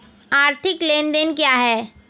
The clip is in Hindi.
आर्थिक लेनदेन क्या है?